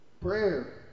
Prayer